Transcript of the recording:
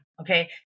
okay